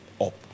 up